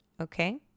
Okay